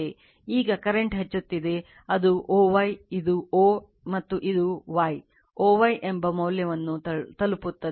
ಈಗ ಕರೆಂಟ್ ಹೆಚ್ಚುತ್ತಿದೆ ಅದು o y ಇದು o ಮತ್ತು ಇದು y o y ಎಂಬ ಮೌಲ್ಯವನ್ನು ತಲುಪುತ್ತದೆ